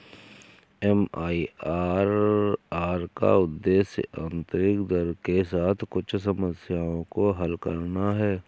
MIRR का उद्देश्य आंतरिक दर के साथ कुछ समस्याओं को हल करना है